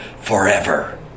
forever